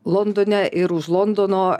londone ir už londono